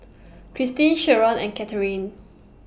Kristin Sherron and Catharine